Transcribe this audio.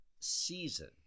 season